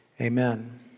amen